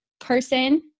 person